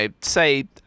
say